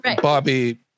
bobby